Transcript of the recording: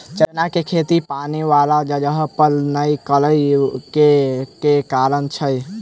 चना केँ खेती पानि वला जगह पर नै करऽ केँ के कारण छै?